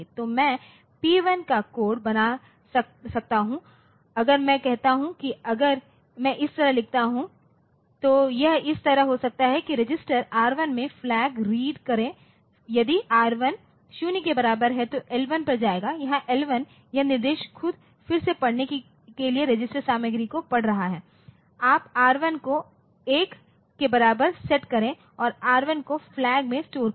तो मैं P1 का कोड बना सकता हूं अगर मैं कहता हूं कि अगर मैं इस तरह लिखता हूं तो यह इस तरह हो सकता है कि रजिस्टर R1 में फ्लैग रीड करें यदि R1 0 के बराबर है तो L1 पर जाएं जहां L1 यह निर्देश खुद फिर से पढ़ने के लिए रजिस्टर सामग्री को पढ़ रहा है आप R1 को 1 के बराबर सेट करें और R1 को फ्लैग में स्टोर करें